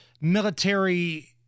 military